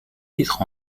titre